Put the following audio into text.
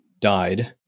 died